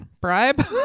bribe